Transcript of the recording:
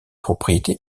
propriétés